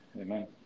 Amen